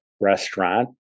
restaurant